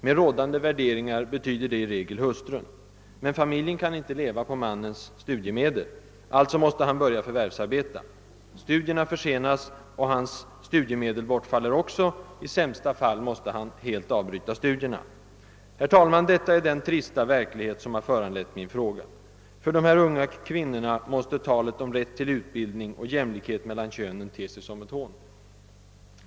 Med rådande värderingar betyder det i regel hustrun. Men familjen kan inte leva på mannens studiemedel. Alltså måste han börja förvärvsarbeta. Studierna försenas och hans studiemedel bortfaller. I sämsta fall måste han helt avsluta studierna. Detta är den trista verklighet som har föranlett min fråga. För unga gifta kvinnor måste talet om rätt till utbildning och jämlikhet mellan könen te sig som ett hån.